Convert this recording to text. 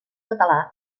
català